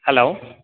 hello